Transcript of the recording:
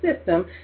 system